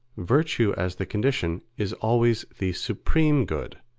virtue as the condition is always the supreme good,